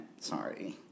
Sorry